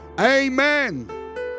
Amen